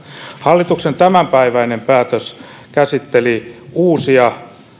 hallituksen tämänpäiväinen päätös käsitteli uusia